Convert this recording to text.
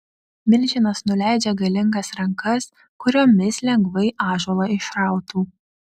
milžinas nuleidžia galingas rankas kuriomis lengvai ąžuolą išrautų